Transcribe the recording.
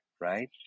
right